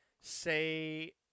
say